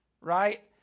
Right